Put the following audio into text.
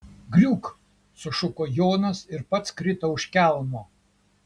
griūk sušuko jonas ir pats krito už kelmo